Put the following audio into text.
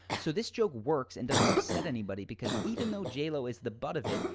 so this joke works and doesn't upset anybody because even though j. lo is the butt of it,